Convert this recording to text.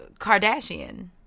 Kardashian